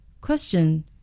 Question